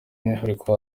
umwihariko